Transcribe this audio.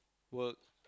work